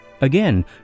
Again